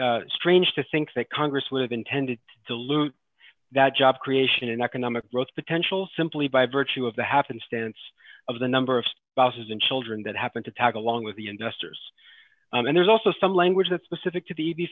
be strange to think that congress would have been tended to lose that job creation and economic growth potential simply by virtue of the happenstance of the number of bosses and children that happened to tag along with the investors and there's also some language that specific to the